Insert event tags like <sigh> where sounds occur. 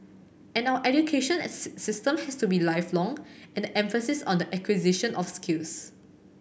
and our education <unintelligible> system has to be lifelong and the emphasis on the acquisition of skills